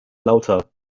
lauter